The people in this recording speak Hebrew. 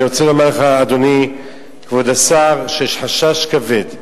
אני רוצה לומר לך, אדוני כבוד השר, שיש חשש כבד,